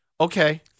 Okay